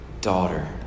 daughter